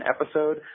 episode